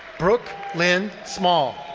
brooke lynn small,